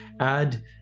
add